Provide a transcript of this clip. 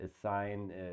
assign